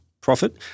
profit